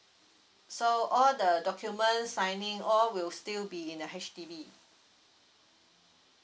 so all the documents signing all will still be in a H_D_B